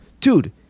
Dude